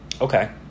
Okay